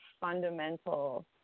fundamental